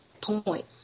point